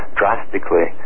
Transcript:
drastically